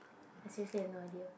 I seriously have no idea